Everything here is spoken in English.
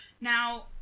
Now